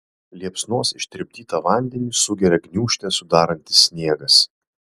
liepsnos ištirpdytą vandenį sugeria gniūžtę sudarantis sniegas